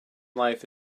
life